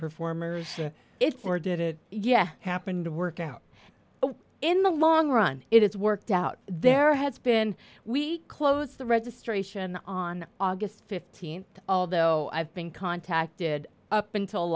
performers it's or did it yeah happened to work out in the long run it's worked out there has been we close the registration on august th although i've been contacted up until